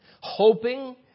Hoping